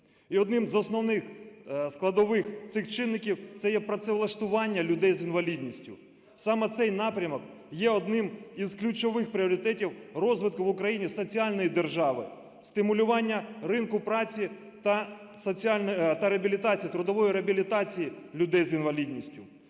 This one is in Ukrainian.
одним з основних складових цих чинників це є працевлаштування людей з інвалідністю. Саме цей напрямок є одним з ключових пріоритетів розвитку в Україні соціальної держави, стимулювання ринку праці та реабілітації, трудової реабілітації людей з інвалідністю.